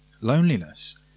Loneliness